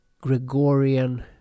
Gregorian